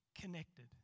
connected